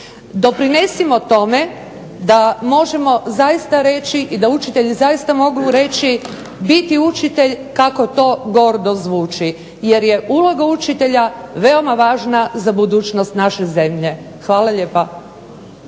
Doprinesimo tome da možemo zaista reći i da učitelji zaista mogu reći biti učitelj kako to gordo zvuči jer je uloga učitelja veoma važna za budućnost naše zemlje. Hvala lijepa.